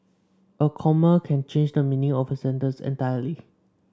a comma can change the meaning of a sentence entirely